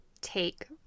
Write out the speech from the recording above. take